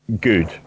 good